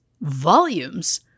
volumes